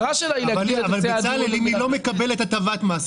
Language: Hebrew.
אבל אם היא לא מקבלת הטבת מס,